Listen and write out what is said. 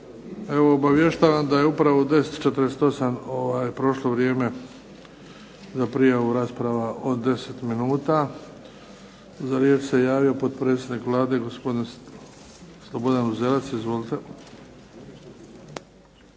Evo obavještavam da je upravo u 10 i 48 prošlo vrijeme za prijavu rasprava od 10 minuta. Za riječ se javio potpredsjednik Vlade gospodin Slobodan Uzelac. Izvolite.